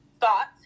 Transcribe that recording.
thought